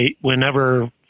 whenever